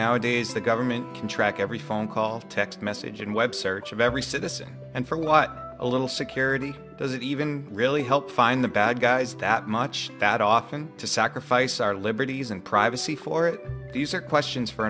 nowadays the government can track every phone call text message and web search of every citizen and for what a little security doesn't even really help find the bad guys that much that often to sacrifice our liberties and privacy for these are questions for